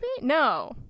no